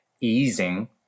easing